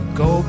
go